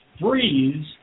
freeze